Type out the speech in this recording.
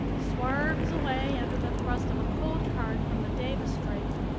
swerves away under the thrust of a cold current from the davis strait,